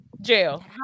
jail